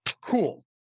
cool